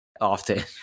often